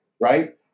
right